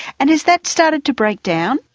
and has that started to break down?